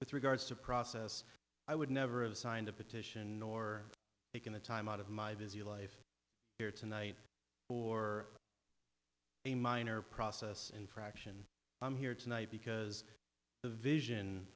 with regards to process i would never have signed a petition or taken the time out of my busy life here to night for a minor process infraction i'm here tonight because the vision